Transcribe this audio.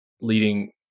leading